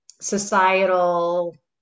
societal